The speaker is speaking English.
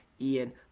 Ian